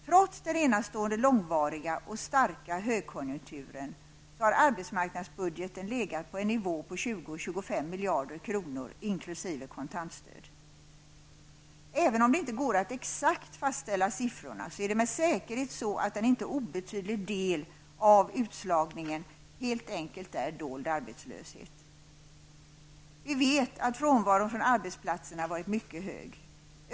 Trots den enastående långvariga och starka högkonjunkturen, har arbetsmarknadsbudgeten legat på en nivå på 20 till 25 miljarder kronor inkl. Även om det inte går att exakt fastställa siffrorna, är det med säkerhet så att en inte obetydlig del av utslagningen helt enkelt är dold arbetslöshet. Vi vet att frånvaron från arbetsplatserna varit mycket hög.